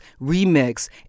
remix